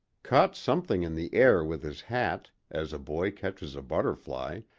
caught something in the air with his hat, as a boy catches a butterfly,